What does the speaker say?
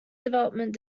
development